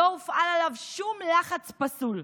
לא הופעל עליו שום לחץ פסול,